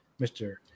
Mr